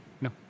no